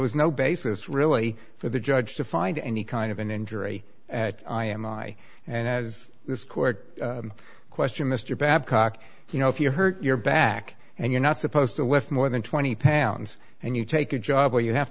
was no basis really for the judge to find any kind of an injury i am i and as this court question mr babcock you know if you hurt your back and you're not supposed to lift more than twenty pounds and you take a job well you have